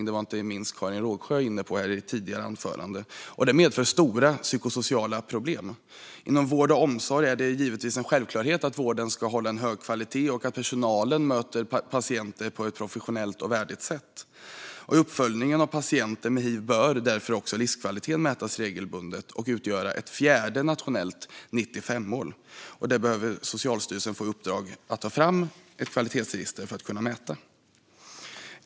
Detta var inte minst Karin Rågsjö inne på i sitt tidigare anförande. Det medför stora psykosociala problem. Inom vård och omsorg är det givetvis en självklarhet att vården ska vara av hög kvalitet och att personalen möter patienter på ett professionellt och värdigt sätt. I uppföljningen av patienter med hiv bör därför också livskvaliteten mätas regelbundet och utgöra ett fjärde nationellt 95-mål. Socialstyrelsen bör få i uppdrag att ta fram ett kvalitetsregister för att mäta detta.